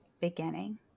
beginning